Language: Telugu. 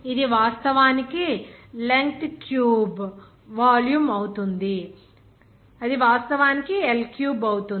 ఇది వాస్తవానికి లెంగ్త్ క్యూబ్ వాల్యూమ్ అవుతుంది అది వాస్తవానికి L3 అవుతుంది